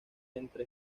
entre